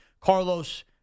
Carlos